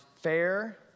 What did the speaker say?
fair